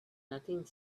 nothing